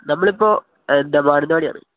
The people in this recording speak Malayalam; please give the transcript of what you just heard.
നമ്മളിപ്പോള് എന്താണ് മാനന്തവാടിയാണ്